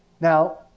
Now